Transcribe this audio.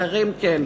אחרים כן,